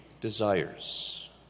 desires